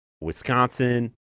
wisconsin